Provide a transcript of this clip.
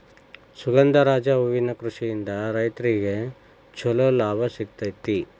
ಸುಗಂಧರಾಜ ಹೂವಿನ ಕೃಷಿಯಿಂದ ರೈತ್ರಗೆ ಚಂಲೋ ಲಾಭ ಸಿಗತೈತಿ